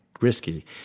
risky